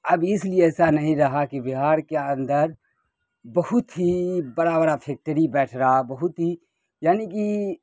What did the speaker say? اب اس لیے ایسا نہیں رہا کہ بہار کے اندر بہت ہی بڑا بڑا فیکٹری بیٹھ رہا بہت ہی یعنی کہ